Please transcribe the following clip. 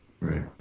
Right